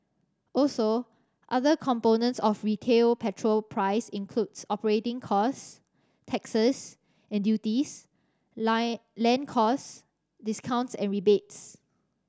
also other components of retail petrol price includes operating costs taxes and duties line land costs discounts and rebates